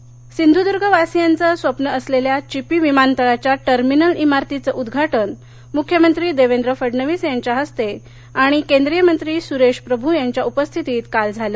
चिपी विमानतळ सिंधूर्द्गवासीयांच स्वप्न असलेल्या विपी विमानतळाच्या टर्मिनल इमारतीचं उद्घाटन मुख्यमंत्री देवेंद्र फडणवीस यांच्या हस्ते आणि केंद्रीय मंत्री सुरेश प्रभू यांच्या उपस्थितीत काल झालं